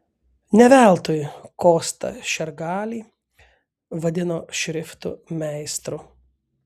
ne veltui kostą šergalį vadino šriftų meistru